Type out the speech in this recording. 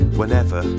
whenever